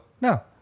No